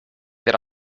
that